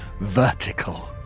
vertical